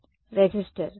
విద్యార్థి రెసిస్టర్